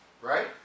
Right